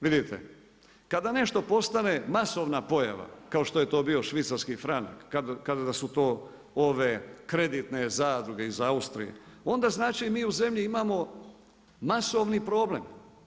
Vidite, kada nešto postane masovna pojava, kao što je to bio švicarski franak, kada su to ove kreditne zadruge iz Austrije, onda znači mi u zemlji imamo masovni problem.